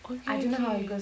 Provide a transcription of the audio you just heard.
ookay ookay